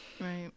Right